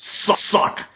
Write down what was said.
Suck